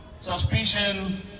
suspicion